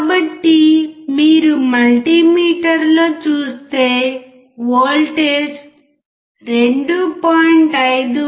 కాబట్టి మీరు మల్టీమీటర్లో చూస్తే ఓల్టేజ్ 2